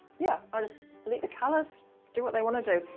yeah, i just let the colors do what they want to do,